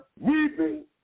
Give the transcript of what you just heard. weeping